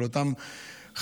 של אותן חיות,